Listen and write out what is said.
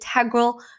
integral